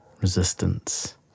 resistance